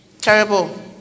terrible